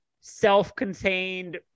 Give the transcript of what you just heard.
self-contained